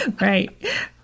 Right